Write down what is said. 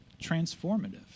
transformative